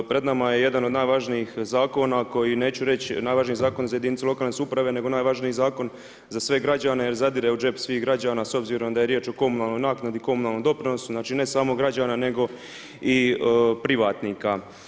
Pred nama je jedan od najvažnijih zakona koji neću reć najvažniji za jedinica lokalne samouprave nego najvažniji zakon za sve građane jer zadire u džep svih građana s obzirom da je riječ o komunalnoj naknadi i komunalnom doprinosu ne samo građana nego i privatnika.